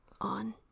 on